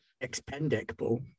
Expendable